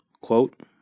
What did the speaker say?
quote